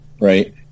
right